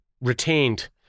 retained